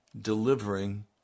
delivering